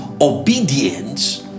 obedience